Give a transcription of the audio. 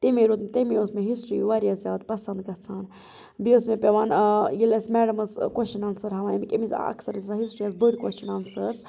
تَمے رود تَمے اوس مےٚ ہِسٹری واریاہ زیادٕ پَسنٛد گژھان بیٚیہِ ٲس مےٚ پیٚوان ییٚلہِ اسہِ میڈم ٲسۍ کوسچن آنسر ہاوان امیُک اکثر ٲسۍ آسان ہِسٹری یس بٔڑ کوشچن آنسٲرِس